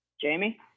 Jamie